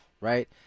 right